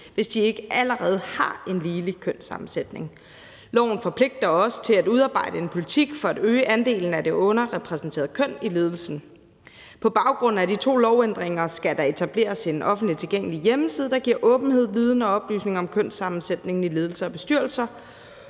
hvis de ikke allerede har en ligelig kønssammensætning. Loven forpligter også til at udarbejde en politik for at øge andelen af det underrepræsenterede køn i ledelsen. På baggrund af de to lovændringer skal der etableres en offentligt tilgængelig hjemmeside, der giver åbenhed, viden og oplysning om kønssammensætningen i ledelser og bestyrelser,